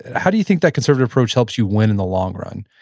how do you think that conservative approach helps you win in the long run?